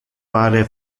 pare